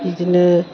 बिदिनो